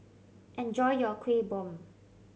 enjoy your Kuih Bom